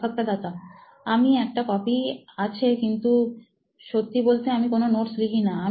সাক্ষাৎকারদাতাআমার একটা কপি আছে কিন্তু সত্যি বলতে আমি নোটস লিখি না